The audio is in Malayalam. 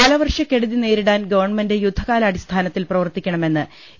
കാലവർഷക്കെടുതി നേരിടാൻ ഗവൺമെന്റ് യുദ്ധകാലാ ടിസ്ഥാനത്തിൽ പ്രവർത്തിക്കണമെന്ന് എ